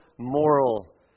Moral